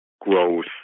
growth